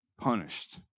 punished